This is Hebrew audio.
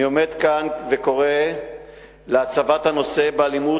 אני עומד כאן וקורא להצבת הנושא של האלימות